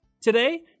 Today